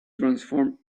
transform